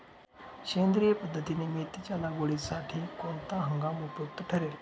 सेंद्रिय पद्धतीने मेथीच्या लागवडीसाठी कोणता हंगाम उपयुक्त ठरेल?